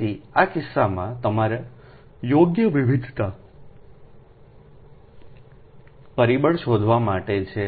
તેથી આ કિસ્સામાં તમારે યોગ્ય વિવિધતા પરિબળ શોધવા માટે છે